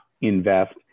invest